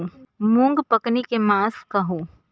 मूँग पकनी के मास कहू?